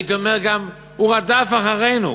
הייתי אומר גם הוא רדף אחרינו,